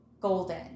golden